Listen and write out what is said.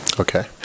Okay